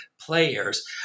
players